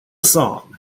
song